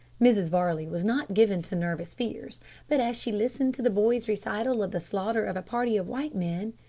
mrs varley was not given to nervous fears but as she listened to the boy's recital of the slaughter of a party of white men,